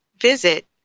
visit